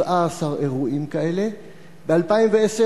17 אירועים כאלה, ב-2010,